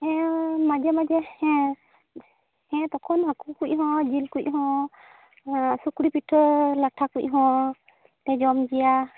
ᱦᱮᱸ ᱢᱟᱡᱷᱮ ᱢᱟᱡᱷᱮ ᱦᱮᱸ ᱦᱮᱸ ᱛᱚᱠᱷᱚᱱ ᱦᱟᱠᱳ ᱠᱚᱦᱚᱸ ᱡᱤᱞ ᱠᱚᱦᱚᱸ ᱥᱩᱠᱨᱤ ᱯᱤᱴᱷᱟᱹ ᱞᱟᱴᱷᱟ ᱠᱩᱦᱚᱸ ᱞᱮ ᱡᱚᱢ ᱜᱮᱭᱟ